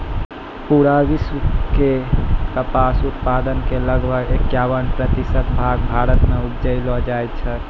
पूरा विश्व के कपास उत्पादन के लगभग इक्यावन प्रतिशत भाग भारत मॅ उपजैलो जाय छै